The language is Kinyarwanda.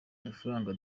udufaranga